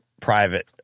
private